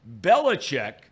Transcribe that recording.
Belichick